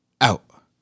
out